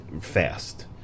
fast